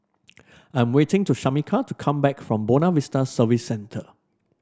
I'm waiting to Shamika to come back from Buona Vista Service Centre